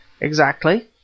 Exactly